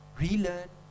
relearn